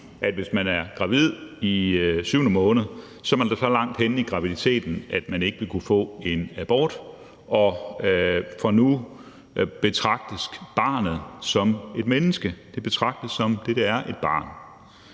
at hvis man er gravid i syvende måned, er man så langt henne i graviditeten, at man ikke vil kunne få en abort, for fra da af betragtes barnet som et menneske. Det betragtes som det, det er: et barn.